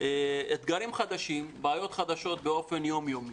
ויש אתגרים חדשים ובעיות חדשות באופן יומיומי.